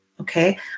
okay